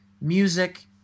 music